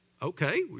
okay